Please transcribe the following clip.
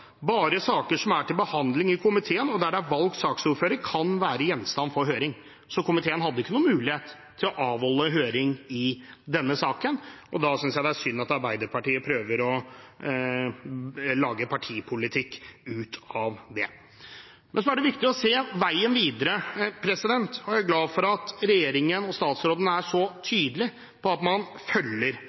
saker som er til behandling i komiteen, og der det er valgt saksordfører, kan være gjenstand for høring.» Så komiteen hadde ikke noen mulighet til å avholde høring i denne saken, og da synes jeg det er synd at Arbeiderpartiet prøver å lage partipolitikk ut av det. Det er viktig å se veien videre, og jeg er glad for at regjeringen og statsråden er så tydelig på at man følger